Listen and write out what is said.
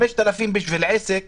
5,000 בשביל עסק